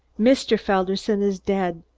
mr. felderson is dead,